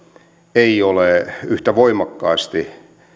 ei ole yhtä voimakkaasti